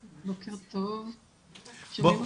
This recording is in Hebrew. בבקשה.